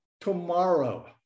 tomorrow